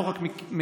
לא רק מאתיופיה,